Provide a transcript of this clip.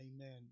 Amen